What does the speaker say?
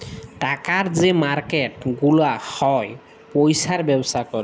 টাকার যে মার্কেট গুলা হ্যয় পয়সার ব্যবসা ক্যরে